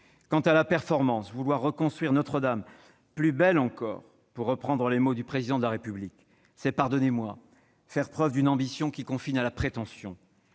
Quant à la performance, vouloir reconstruire Notre-Dame « plus belle encore », pour reprendre les mots du Président de la République, c'est, pardonnez-moi, faire preuve d'une ambition qui confine à la prétention.